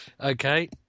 Okay